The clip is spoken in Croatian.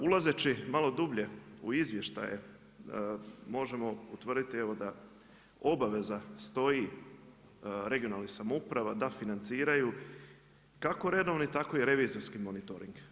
Ulazeći malo dublje u izvještaje, možemo utvrditi evo da obaveza stoji regionalnih samouprava da financiraju kako redovni, tako i revizorski monitoring.